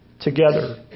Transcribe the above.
together